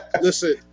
Listen